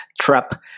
trap